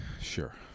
Sure